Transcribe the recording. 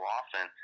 often